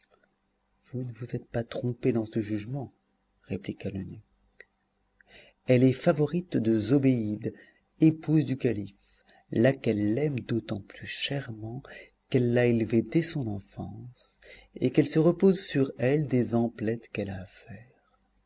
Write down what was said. vous ne vous êtes pas trompé dans ce jugement répliqua l'eunuque elle est favorite de zobéide épouse du calife laquelle l'aime d'autant plus chèrement qu'elle l'a élevée dès son enfance et qu'elle se repose sur elle des emplettes qu'elle a